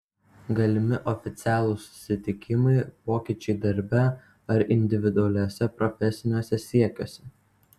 galimi oficialūs susitikimai pokyčiai darbe ar individualiuose profesiniuose siekiuose